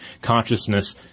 consciousness